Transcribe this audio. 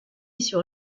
sur